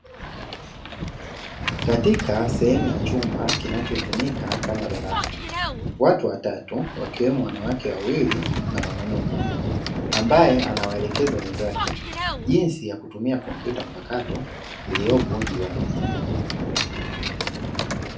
Katika sehemu ya chumba kinacho tumika kama darasa, watu watatu wakiwemo wanawake wawili na mwanaume mmoja, ambae anawaelekeza wenzake jinsi ya kutumia kompyuta mpakato iliyopo juu ya meza.